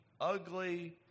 ugly